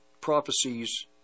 prophecies